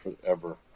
forever